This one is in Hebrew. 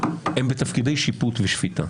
הם בתפקידי שיפוט ושפיטה.